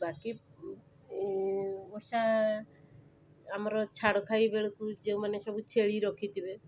ବାକି ଓଷା ଆମର ଛାଡ଼ଖାଇ ବେଳକୁ ଯେଉଁମାନେ ସବୁ ଛେଳି ରଖିଥିବେ